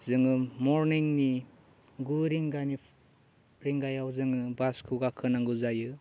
जोङो मरनिंनि गु रिंगानि रिंगायाव जोङो बासखौ गाखोनांगौ जायो